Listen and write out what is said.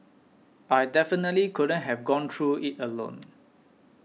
I definitely couldn't have gone through it alone